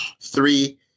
Three